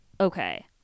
Okay